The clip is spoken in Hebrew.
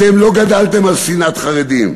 אתם לא גדלתם על שנאת חרדים,